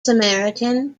samaritan